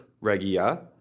regia